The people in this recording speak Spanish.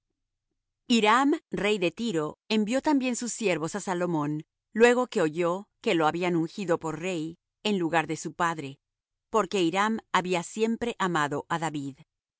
hiram rey de tiro envió también sus siervos á salomón luego que oyó que lo habían ungido por rey en lugar de su padre porque hiram había siempre amado á david